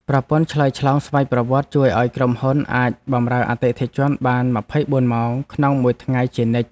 ប្រព័ន្ធឆ្លើយឆ្លងស្វ័យប្រវត្តិជួយឱ្យក្រុមហ៊ុនអាចបម្រើអតិថិជនបានម្ភៃបួនម៉ោងក្នុងមួយថ្ងៃជានិច្ច។